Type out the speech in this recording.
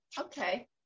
okay